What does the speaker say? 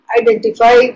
identify